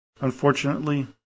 Unfortunately